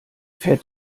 fährt